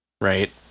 Right